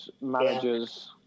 managers